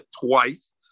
twice